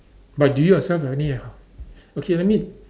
but do you yourself got any ah okay or need